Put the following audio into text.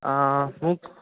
মোক